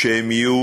שיהיו